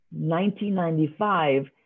1995